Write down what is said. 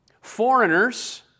foreigners